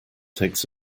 takes